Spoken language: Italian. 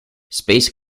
space